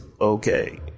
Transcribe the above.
okay